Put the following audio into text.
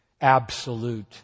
absolute